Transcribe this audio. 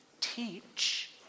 teach